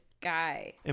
guy